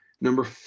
Number